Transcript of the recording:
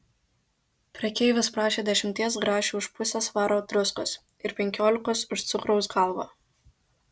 prekeivis prašė dešimties grašių už pusę svaro druskos ir penkiolikos už cukraus galvą